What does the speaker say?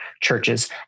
churches